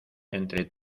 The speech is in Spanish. entre